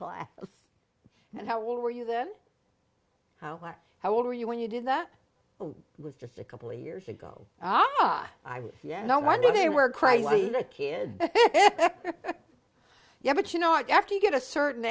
class and how were you then how where how old were you when you did that was just a couple of years ago ah i was yeah no wonder they were crazy kid yeah but you know it after you get a certain